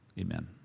Amen